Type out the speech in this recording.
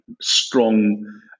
strong